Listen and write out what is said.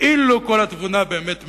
כאילו כל התבונה באמת מרוכזת,